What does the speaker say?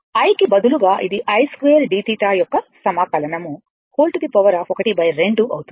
i కి బదులుగా ఇది i2dθ యొక్క సమాకలనం12 అవుతుంది